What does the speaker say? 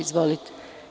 Izvolite.